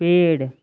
पेड़